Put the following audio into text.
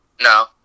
No